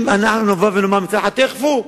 אם אנחנו נבוא ונאמר מצד אחד תאכפו,